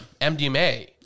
MDMA